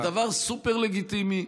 זה דבר סופר לגיטימי,